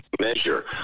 measure